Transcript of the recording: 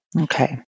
Okay